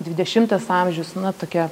dvidešimtas amžius na tokia